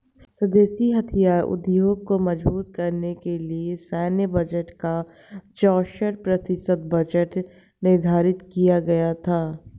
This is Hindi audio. स्वदेशी हथियार उद्योग को मजबूत करने के लिए सैन्य बजट का चौसठ प्रतिशत बजट निर्धारित किया गया था